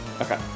Okay